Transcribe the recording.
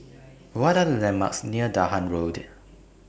What Are The landmarks near Dahan Road